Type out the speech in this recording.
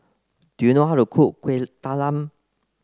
do you know how to cook Kueh Talam